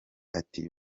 ati